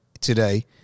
today